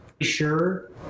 sure